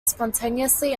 spontaneously